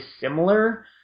similar